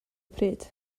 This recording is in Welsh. pryd